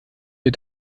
wir